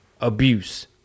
abuse